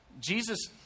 Jesus